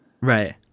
right